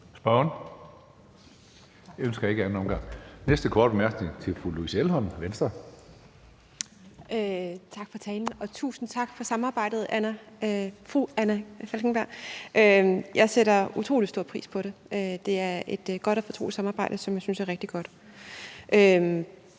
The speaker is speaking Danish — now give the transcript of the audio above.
er til fru Louise Elholm, Venstre. Kl. 12:04 Louise Elholm (V): Tak for talen. Og tusind tak for samarbejdet, fru Anna Falkenberg. Jeg sætter utrolig stor pris på det. Det er et godt og fortroligt samarbejde, som jeg synes er rigtig godt.